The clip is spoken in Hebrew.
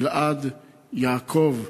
גיל-עד, יעקב,